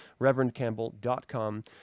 reverendcampbell.com